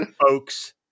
folks